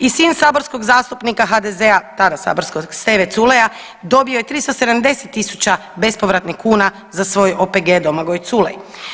I sin saborskog zastupnika HDZ-a, tada saborskog Steve Culeja dobio je 370 tisuća bespovratnih kuna za svoj OPG Domagoj Culej.